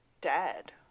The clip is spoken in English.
dead